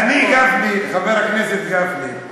חבר הכנסת גפני,